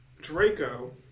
Draco